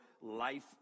life